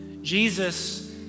Jesus